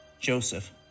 Joseph